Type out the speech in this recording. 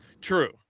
true